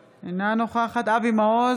אינה נוכחת יוליה מלינובסקי, אינה נוכחת אבי מעוז,